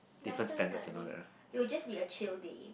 definitely it will just be a chill day